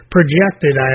Projected